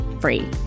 free